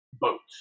boats